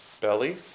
belly